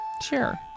sure